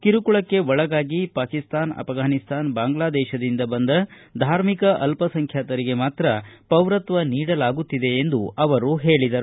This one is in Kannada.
ಕಿರುಕುಳಕ್ಕೆ ಒಳಗಾಗಿ ಪಾಕಿಸ್ತಾನ ಅಫಘಾನಿಸ್ತಾನ ಬಾಂಗ್ಲಾದೇಶದಿಂದ ಬಂದ ಧಾರ್ಮಿಕ ಅಲ್ಪಸಂಖ್ಡಾತರಿಗೆ ಮಾತ್ರ ಪೌರತ್ವ ನೀಡಲಾಗುತ್ತಿದೆ ಎಂದು ಅವರು ಹೇಳಿದರು